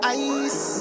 ice